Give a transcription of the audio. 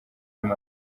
imana